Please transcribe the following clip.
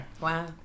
Wow